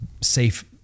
safe